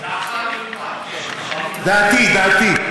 את דעתך, דעתי, דעתי.